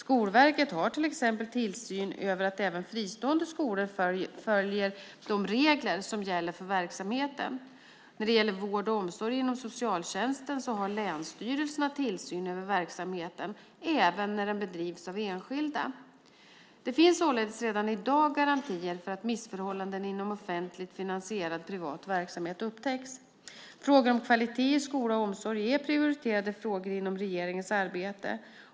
Skolverket har exempelvis tillsyn över att även fristående skolor följer de regler som gäller för verksamheten. När det gäller vård och omsorg inom socialtjänsten har länsstyrelserna tillsyn över denna verksamhet även när den bedrivs av enskilda. Det finns således redan i dag garantier för att missförhållanden inom offentligt finansierad privat verksamhet upptäcks. Frågor om kvalitet i skola och omsorg är prioriterade frågor inom regeringens arbete.